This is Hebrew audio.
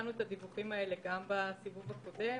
ביצענו את הדיווחים האלה גם בסיבוב הקודם.